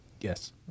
Yes